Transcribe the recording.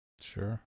Sure